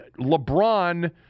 LeBron